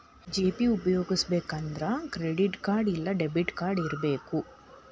GPay ಉಪ್ಯೊಗಸ್ಬೆಕಂದ್ರ credit card ಇಲ್ಲಾ debit card ಇರಬಕು